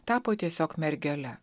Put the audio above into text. tapo tiesiog mergele